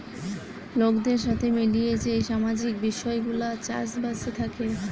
লোকদের সাথে মিলিয়ে যেই সামাজিক বিষয় গুলা চাষ বাসে থাকে